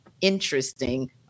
interesting